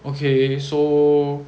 okay so